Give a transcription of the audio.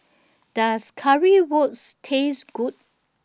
Does Currywurst Taste Good